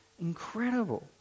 Incredible